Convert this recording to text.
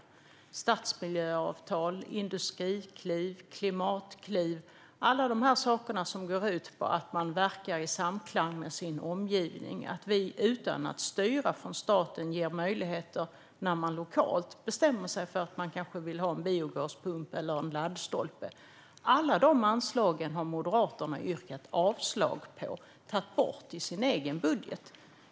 Det handlar om stadsmiljöavtal, industrikliv och klimatkliv. Alla de sakerna går ut på att man verkar i samklang med sin omgivning. Vi ger utan att styra från staten möjligheter när man lokalt bestämmer sig för att man kanske vill ha en biogaspump eller en laddstolpe. Alla de anslagen har Moderaterna yrkat avslag på och tagit bort i sin egen budget.